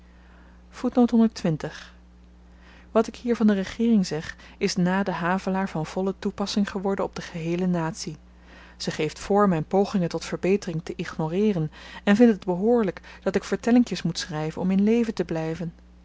wat ik hier van de regeering zeg is na den havelaar van volle toepassing geworden op de geheele natie ze geeft voor myn pogingen tot verbetering te ignoreeren en vindt het behoorlyk dat ik vertellinkjes moet schryven om in leven te blyven